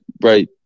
right